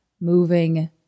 moving